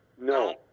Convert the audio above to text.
No